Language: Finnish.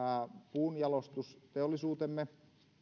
puunjalostusteollisuutemme